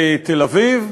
בתל-אביב,